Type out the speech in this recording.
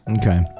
Okay